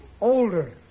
Older